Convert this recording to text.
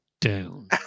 down